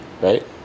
right